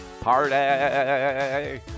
Party